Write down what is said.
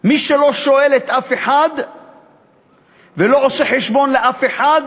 מי שלא שואל אף אחד ולא עושה חשבון לאף אחד,